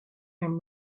him